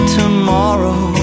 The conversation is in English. tomorrow